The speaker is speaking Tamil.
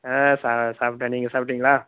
ஆ சா சாப்பிட்டேன் நீங்கள் சாப்பிட்டீங்களா